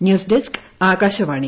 news desk Akashvani